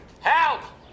help